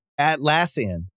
Atlassian